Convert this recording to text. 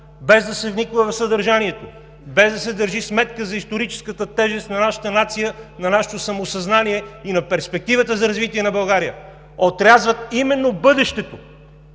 без да се вниква в съдържанието, без да се държи сметка за историческата тежест на нашата нация, на нашето самосъзнание и на перспективата за развитие на България, отрязват именно бъдещето